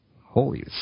Holy